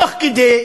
תוך כדי,